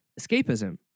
escapism